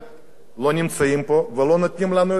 נמצאים פה, ולא נותנים לנו את התשובות.